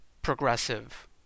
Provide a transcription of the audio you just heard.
Progressive